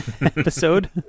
episode